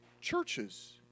churches